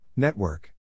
Network